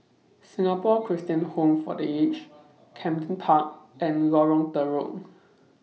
Singapore Christian Home For The Aged Camden Park and Lorong Telok